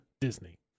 Disney